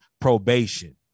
probation